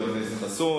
חבר הכנסת חסון.